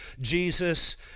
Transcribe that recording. Jesus